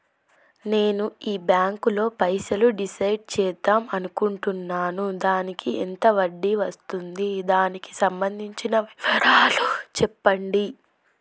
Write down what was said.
నేను ఈ బ్యాంకులో పైసలు డిసైడ్ చేద్దాం అనుకుంటున్నాను దానికి ఎంత వడ్డీ వస్తుంది దానికి సంబంధించిన వివరాలు చెప్పండి?